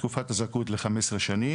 תקופת הזכאות ל-15 שנים,